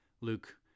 Luke